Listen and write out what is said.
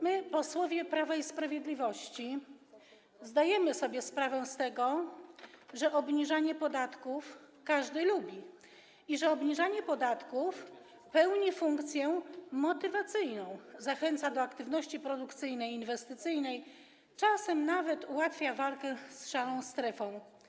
My, posłowie Prawa i Sprawiedliwości, zdajemy sobie sprawę z tego, że obniżanie podatków każdy lubi i że obniżanie podatków pełni funkcję motywacyjną, zachęca do aktywności produkcyjnej, inwestycyjnej, czasem nawet ułatwia walkę z szarą strefą.